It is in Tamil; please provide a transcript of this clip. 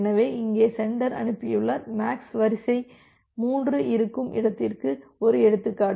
எனவே இங்கே சென்டர் அனுப்பியுள்ளார் மேக்ஸ் வரிசை 3 இருக்கும் இடத்திற்கு ஒரு எடுத்துக்காட்டு